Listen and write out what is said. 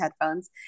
headphones